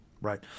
Right